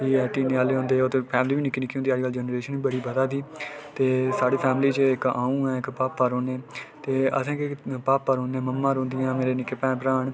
टीने आह्ले होंदे उसलै फैमली बी निक्की जेही होंदी ही अजकल जनरेशन बी बडी बधै दी ते साढ़ी फैमली च इक अ'ऊं ऐ इक भापा रौह्ने न ते असें केह् कीता भापा रौंह्दे ममा रौंह्दिंया न मेरे निक्के भैन भ्राऽ न